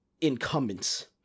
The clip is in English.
incumbents